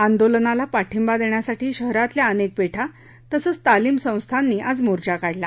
आंदोलनाला पाठिंबा देण्यासाठी शहरातल्या अनेक पेठा तसंच तालिम संस्थांनी आज मोर्चा काढला